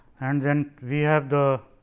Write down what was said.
and then we have the